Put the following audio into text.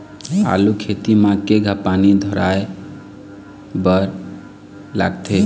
आलू खेती म केघा पानी धराए बर लागथे?